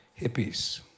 hippies